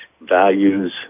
values